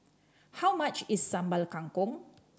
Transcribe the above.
how much is Sambal Kangkong